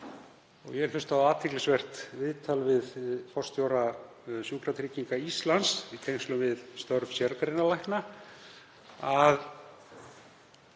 Ég hef hlustað á athyglisvert viðtal við forstjóra Sjúkratrygginga Íslands í tengslum við störf sérgreinalækna.